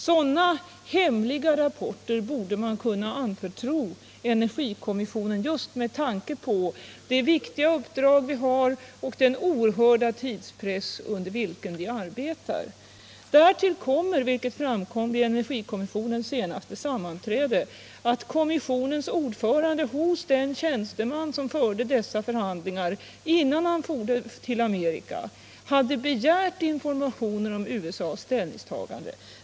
Sådana hemliga rapporter borde man kunna anförtro energikommissionen just med tanke på det viktiga uppdrag vi har och den oerhörda tidspress under vilken vi arbetar. s Därtill kommer, vilket meddelades vid energikommissionens senaste sammanträde, att kommissionens ordförande innan den tjänsteman som förde dessa förhandlingar for till Amerika hade begärt informationer av honom om USA:s ställningstagande.